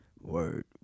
word